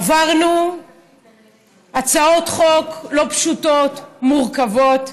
עברנו הצעות חוק לא פשוטות, מורכבות,